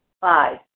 Five